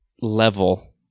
level